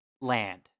land